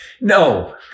No